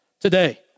today